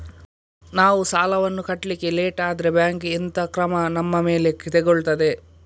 ನಾವು ಸಾಲ ವನ್ನು ಕಟ್ಲಿಕ್ಕೆ ಲೇಟ್ ಆದ್ರೆ ಬ್ಯಾಂಕ್ ಎಂತ ಕ್ರಮ ನಮ್ಮ ಮೇಲೆ ತೆಗೊಳ್ತಾದೆ?